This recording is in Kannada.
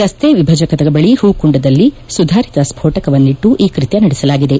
ರಸ್ತೆ ವಿಭಜಕದ ಬಳಿ ಹೂಕುಂಡದಲ್ಲಿ ಸುಧಾರಿತ ಸ್ಪೋಣಕವನ್ನಿಟ್ಟು ಈ ಕೃತ್ಯ ನಡೆಸಲಾಗಿದೆ